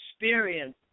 experience